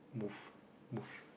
move move